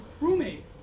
roommate